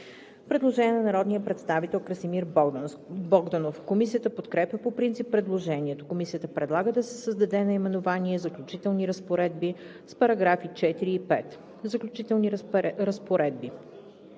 Предложение на народния представител Красимир Богданов. Комисията подкрепя по принцип предложението. Комисията предлага да се създаде наименование „Заключителни разпоредби“ с § 4 и 5: „Заключителни разпоредби